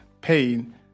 pain